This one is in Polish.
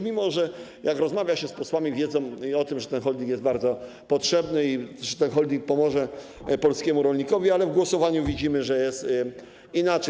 Mimo że rozmawia się z posłami, którzy wiedzą o tym, że ten holding jest bardzo potrzebny i że ten holding pomoże polskiemu rolnikowi, to w głosowaniu widzimy, że jest inaczej.